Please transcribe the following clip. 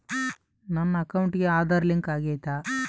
ನನ್ನ ಅಕೌಂಟಿಗೆ ಆಧಾರ್ ಲಿಂಕ್ ಆಗೈತಾ?